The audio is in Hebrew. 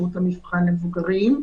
למבוגרים.